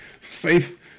Safe